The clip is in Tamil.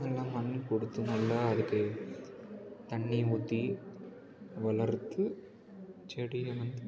எல்லாம் பண்ணிக் கொடுத்து நல்லா அதுக்கு தண்ணி ஊற்றி வளர்த்து செடியை வந்து